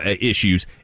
issues